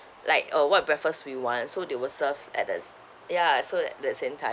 like uh what breakfast we want so they will serve at a ya so that that's in time